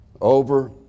over